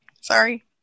Sorry